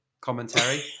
commentary